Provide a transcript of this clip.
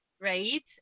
right